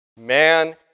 Man